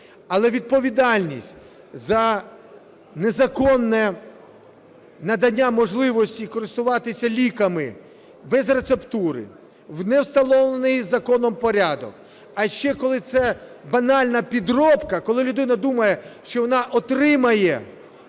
Але відповідальність за незаконне надання можливості користуватися ліками без рецептури в невстановлений законом порядок, а ще коли це банальна підробка, коли людина думає, що вона отримає